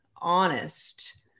honest